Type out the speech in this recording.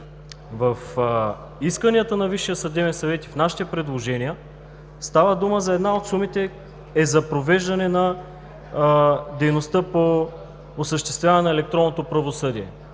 В исканията на Висшия съдебен съвет и в нашите предложения става дума за една от сумите, която е за провеждане на дейността по осъществяване на електронното правосъдие